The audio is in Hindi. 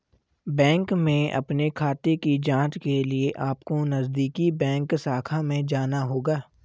बैंक में अपने खाते की जांच के लिए अपको नजदीकी बैंक शाखा में जाना होगा